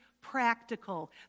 practical